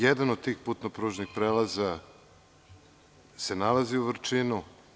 Jedan od tih putno-pružnih prelaza se nalazi u Vrčinu.